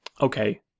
okay